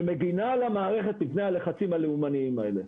שמגנה על המערכת מפני הלחצים הלאומניים האלה.